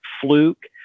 fluke